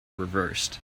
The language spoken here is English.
reversed